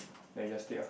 then you just take loh